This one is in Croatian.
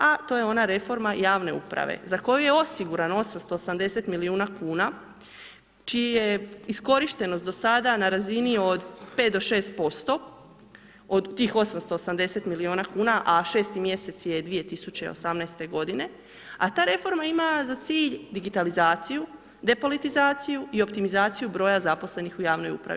A to je ona reforma javne uprave za koju je osigurano 880 milijuna kuna čija je iskorištenost do sada na razini od 5-6% od tih 880 milijuna kuna, a 6. mjesec je 2018. godine, a ta reforma ima za cilj digitalizaciju, depolitizaciju i optimizaciju broja zaposlenih u javnoj upravi.